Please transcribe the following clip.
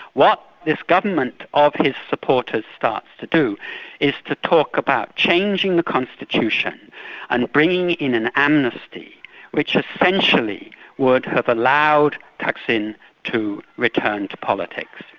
what this government of his supporters starts to do is to talk about changing the constitution and bringing in an amnesty which essentially would have allowed thaksin to return to politics.